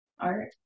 Art